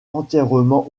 entièrement